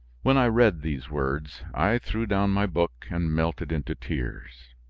when i read these words, i threw down my book, and melted into tears.